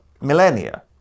millennia